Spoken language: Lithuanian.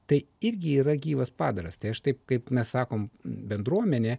tai irgi yra gyvas padaras tai aš taip kaip mes sakom bendruomenė